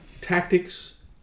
tactics